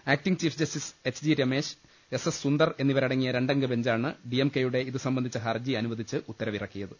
acting chief justice H G Ramesh S S Sundar എന്നിവരടങ്ങിയ രണ്ടം ഗ ബെഞ്ചാണ് ഡി എം കെയുടെ ഇതു സംബന്ധിച്ച ഹർജി അനുവദിച്ച് ഉത്തരവിറക്കിയത്